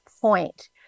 point